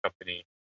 company